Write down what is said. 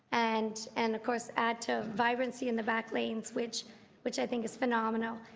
and and of course add to vibrancy in the back lanes, which which i think is phenomenal.